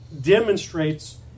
demonstrates